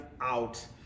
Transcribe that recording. out